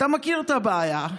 אתה מכיר את הבעיה.